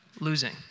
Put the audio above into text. losing